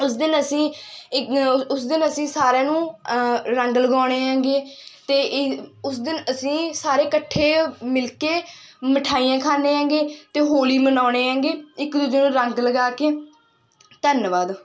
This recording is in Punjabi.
ਉਸ ਦਿਨ ਅਸੀਂ ਉਸ ਦਿਨ ਅਸੀਂ ਸਾਰਿਆਂ ਨੂੰ ਰੰਗ ਲਗਾਉਣੇ ਹੈਗੇ ਅਤੇ ਇ ਉਸ ਦਿਨ ਅਸੀਂ ਸਾਰੇ ਇਕੱਠੇ ਮਿਲ ਕੇ ਮਿਠਾਈਆਂ ਖਾਂਦੇ ਹੈਗੇ ਅਤੇ ਹੋਲੀ ਮਨਾਉਂਦੇ ਹੈਗੇ ਇੱਕ ਦੂਜੇ ਨੂੰ ਰੰਗ ਲਗਾ ਕੇ ਧੰਨਵਾਦ